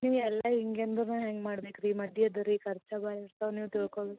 ನೀವು ಎಲ್ಲ ಹಿಂಗೆ ಎಂದ್ರೆ ನಾ ಹ್ಯಾಂಗೆ ಮಾಡ್ಬೇಕು ರೀ ಮದಿ ಅದೆ ರೀ ಖರ್ಚು ಭಾಳ ಇರ್ತವೆ ನೀವು ತಿಳ್ಕೊಬೇಕು